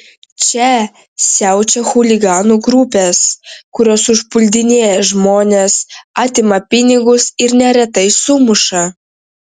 čia siaučia chuliganų grupės kurios užpuldinėja žmones atima pinigus ir neretai sumuša